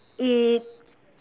it